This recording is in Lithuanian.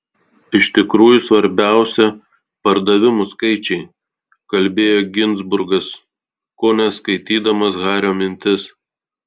iš tikrųjų svarbiausia pardavimų skaičiai kalbėjo ginzburgas kone skaitydamas hario mintis